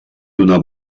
donar